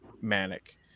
manic